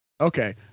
okay